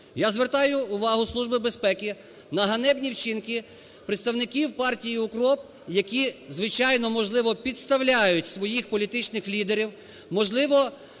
Я звертаю увагу Служби безпеки на ганебні вчинки представників партії "УКРОП", які звичайно, можливо, підставляють свої політичних лідерів. Можливо,